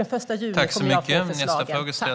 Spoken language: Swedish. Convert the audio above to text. Den 1 juli kommer jag att få förslaget.